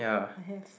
I have